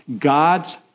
God's